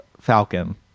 Falcon